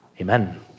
Amen